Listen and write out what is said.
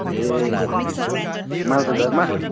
ए मालबजारमा